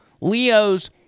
Leo's